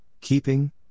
Keeping